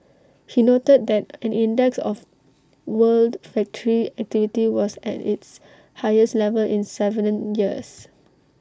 he noted that an index of world factory activity was at its highest level in Seven years